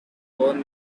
own